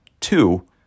Two